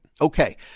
Okay